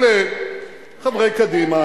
אלה חברי קדימה.